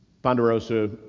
Ponderosa